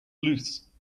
loose